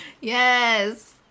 Yes